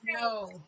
no